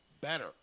Better